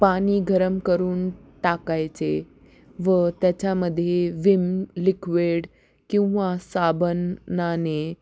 पाणी गरम करून टाकायचे व त्याच्यामध्ये विम लिक्विड किंवा साबणाने